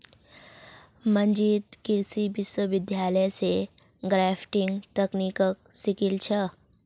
मंजीत कृषि विश्वविद्यालय स ग्राफ्टिंग तकनीकक सीखिल छ